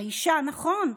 האישה: נכון,